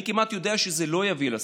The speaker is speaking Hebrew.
אני כמעט יודע שזה לא יביא לשגשוג.